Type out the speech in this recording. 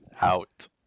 Out